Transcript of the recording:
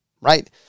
right